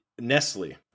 Nestle